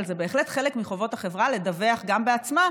אבל זה בהחלט חלק מחובות החברה לדווח גם בעצמה.